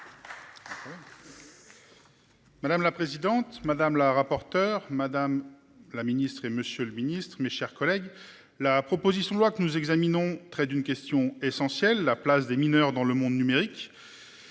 Madame la présidente madame la rapporteure Madame la Ministre et Monsieur le Ministre, mes chers collègues, la proposition de loi que nous examinons très d'une question essentielle, la place des mineurs dans le monde numérique.